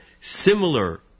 Similar